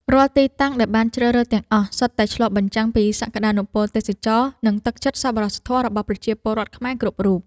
រាល់ទីតាំងដែលបានជ្រើសរើសទាំងអស់ សុទ្ធតែឆ្លុះបញ្ចាំងពីសក្ដានុពលទេសចរណ៍ និងទឹកចិត្តសប្បុរសរបស់ប្រជាពលរដ្ឋខ្មែរគ្រប់រូប។